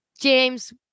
James